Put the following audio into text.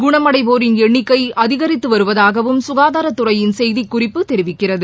குணமடைவோரின் எண்ணிக்கை அதிகரித்து வருவதாகவும் ககாதாரத் துறையின் செய்திக் குறிப்பு தெரிவிக்கிறது